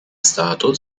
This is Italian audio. stato